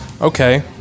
Okay